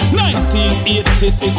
1986